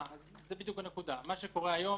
מה שקורה היום